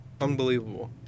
unbelievable